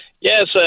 yes